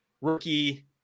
rookie